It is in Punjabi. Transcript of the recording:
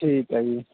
ਠੀਕ ਹੈ ਜੀ